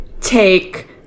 take